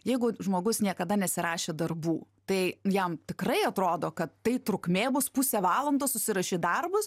jeigu žmogus niekada nesirašė darbų tai jam tikrai atrodo kad tai trukmė bus pusė valandos susirašyt darbus